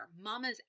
mamas